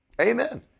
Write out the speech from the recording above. Amen